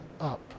up